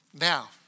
now